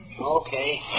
Okay